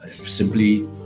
simply